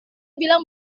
bilang